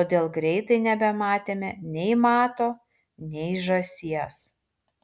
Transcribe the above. todėl greitai nebematėme nei mato nei žąsies